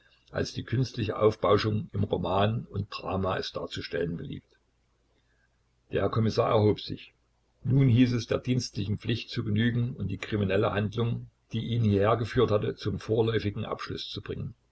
als die künstliche aufbauschung im roman und drama es darzustellen beliebt der kommissar erhob sich nun hieß es der dienstlichen pflicht zu genügen und die kriminelle handlung die ihn hierher geführt hatte zum vorläufigen abschluß zu bringen